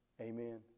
Amen